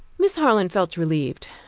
miss harland felt relieved.